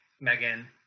Megan